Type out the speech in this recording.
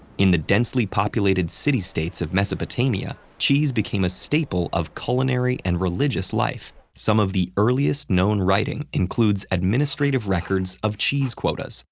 in the densely populated city-states of mesopotamia, cheese became a staple of culinary and religious life. some of the earliest known writing includes administrative records of cheese quotas,